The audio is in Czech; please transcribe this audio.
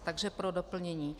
Takže pro doplnění.